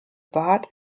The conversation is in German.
bad